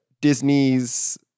Disney's